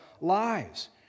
lives